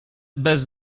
bez